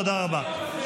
תודה רבה.